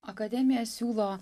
akademija siūlo